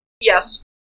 Yes